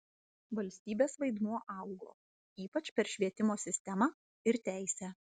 valstybės vaidmuo augo ypač per švietimo sistemą ir teisę